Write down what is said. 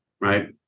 right